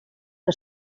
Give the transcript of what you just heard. que